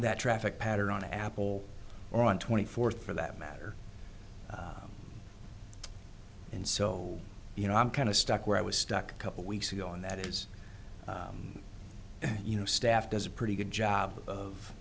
that traffic pattern on apple or on twenty fourth for that matter and so you know i'm kind of stuck where i was stuck a couple weeks ago and that is you know staff does a pretty good job